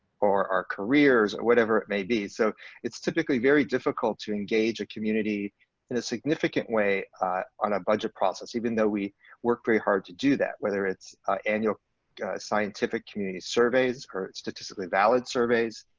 or our careers or whatever it may be. so it's typically very difficult to engage a community in a significant way on a budget process even though we work very hard to do that, whether it's annual scientific community surveys, or statistically valid surveys,